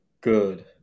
Good